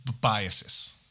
biases